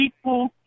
equal